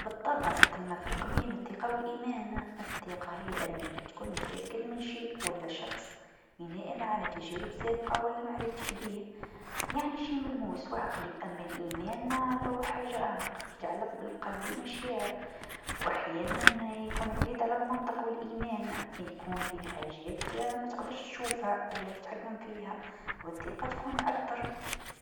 بالطبع ثمة فرق بين الثقه و الإيمان، الثقه هي أنك تكون متأكد من الشيء و لا شخص بناء على تجارب سابقه و لا معرفتك بيه يعني شي ملموس و عقلي، أما الإيمان فهو حاجه أعمق متعلق بالقلب و المشاعر و أحيانا يكون بعيد عن المنطق، و الإيمان يكون بعيد عن حاجات متقدرش تشوفها و لا تتحكم فيها و الثقه تكون أكثر.